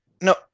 No